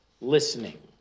listening